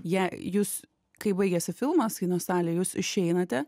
jie jus kai baigiasi filmas kino salėj jūs išeinate